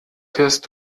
fährst